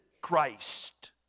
Christ